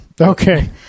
Okay